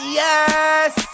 yes